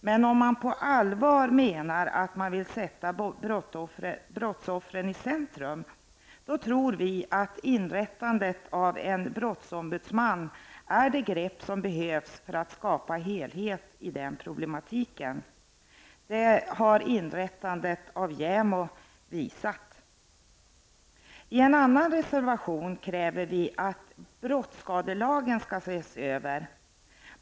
Men om man på allvar vill sätta brottsoffren i centrum tror vi att inrättandet av en brottsombudsman är det grepp som behövs för att skapa helhet i problematiken. Det har inrättandet av JÄMO visat. I en annan reservation kräver vi att brottsskadelagen skall ses över.